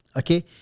okay